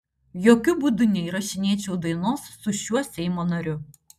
jokiu būdu neįrašinėčiau dainos su šiuo seimo nariu